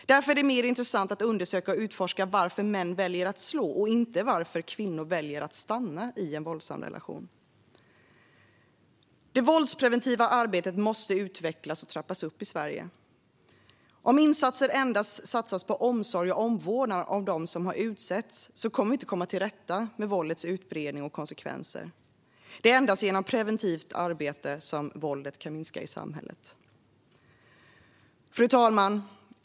Därför är det mer intressant att undersöka och utforska varför män väljer att slå och inte varför kvinnor väljer att stanna i en våldsam relation. Det våldspreventiva arbetet måste utvecklas och trappas upp i Sverige. Om insatser endast satsas på omsorg och omvårdnad för dem som utsätts kommer vi inte att komma till rätta med våldets utbredning och konsekvenser. Det är endast genom preventivt arbete våldet kan minska i samhället.